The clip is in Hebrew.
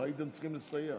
הייתם צריכים לסייע.